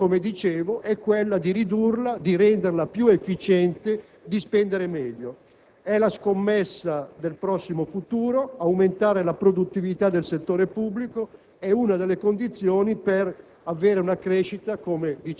che viene anche questa stabilizzata. L'obiettivo, come dicevo, è quello di ridurla, di renderla più efficiente, di spendere meglio. La scommessa del prossimo futuro è aumentare la produttività del settore pubblico,